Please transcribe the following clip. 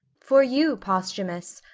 for you, posthumus,